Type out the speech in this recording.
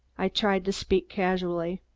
i tried to speak casually.